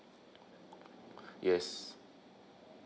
yes